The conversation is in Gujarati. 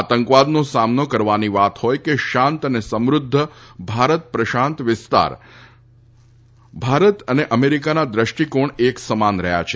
આતંકવાદનો સામનો કરવાની વાત હોય કે શાંત અને સમૃદ્ધ ભારત પ્રશાંત વિસ્તાર ભારત અને અમેરિકાના દૃષ્ટિકોણ એક સમાન રહ્યા છે